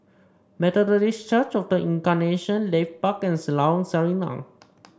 Methodist Church Of The Incarnation Leith Park and Lorong Sarina